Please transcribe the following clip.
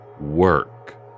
work